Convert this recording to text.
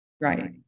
Right